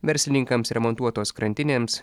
verslininkams remontuotos krantinėms